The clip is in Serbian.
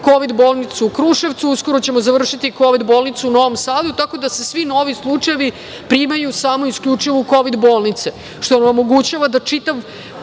kovid bolnicu u Kruševcu. Uskoro ćemo završiti kovid bolnicu u Novom Sadu, tako da se svi novi slučajevi primaju isključivo samo u kovid bolnice, što nam omogućava da čitav